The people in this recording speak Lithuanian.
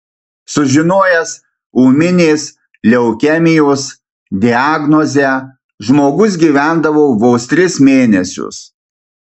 sužinojęs ūminės leukemijos diagnozę žmogus gyvendavo vos tris mėnesius